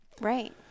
Right